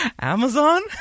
Amazon